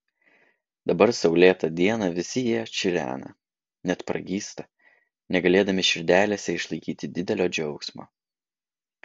dabar saulėtą dieną visi jie čirena net pragysta negalėdami širdelėse išlaikyti didelio džiaugsmo